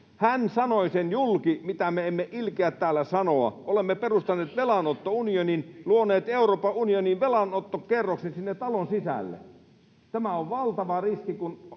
hän sanoi sen julki, mitä me emme ilkeä täällä sanoa. [Leena Meri: Kyllä me ilkeämme!] Olemme perustaneet velanottounionin, luoneet Euroopan unioniin velanottokerroksen sinne talon sisälle. Tämä on valtava riski, kun